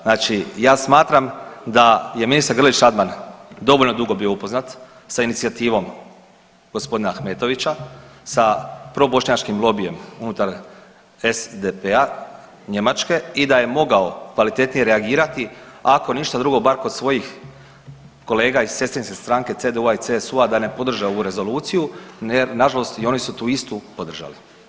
Znači ja smatram da je ministar Grlić Radman dovoljno dugo bio upoznat sa inicijativom g. Ahmetovića, sa probošnjačkim lobijem unutar SDP-a Njemačke i da je mogao kvalitetnije reagirati, ako ništa drugo, bar kod svojih kolega iz sestrinske stranke, CDU-a i CSU-a da ne podrže ovu rezoluciju jer nažalost i oni su tu istu podržali.